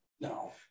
No